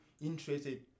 interested